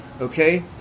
okay